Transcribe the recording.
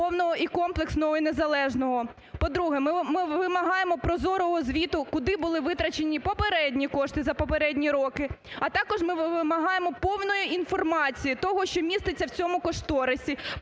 повного і комплексного, і незалежного. По-друге, ми вимагаємо прозорого звіту, куди були витрачені попередні кошти за попередні роки. А також ми вимагаємо повної інформації того, що міститься в цьому кошторисі.